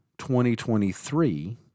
2023